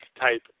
type